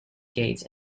gates